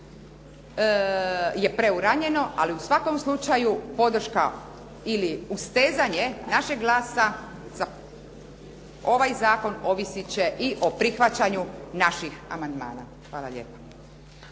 je preuranjeno. Ali u svakom slučaju podrška ili ustezanje našeg glasa za ovaj zakon ovisit će i o prihvaćanju naših amandmana. Hvala lijepa.